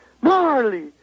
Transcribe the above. Marley